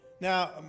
Now